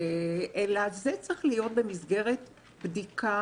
אלא זה צריך להיות במסגרת בדיקה.